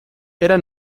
era